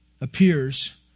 appears